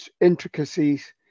intricacies